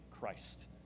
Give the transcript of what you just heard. Christ